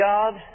God